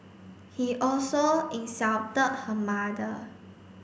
he also insulted her mother